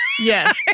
Yes